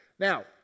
Now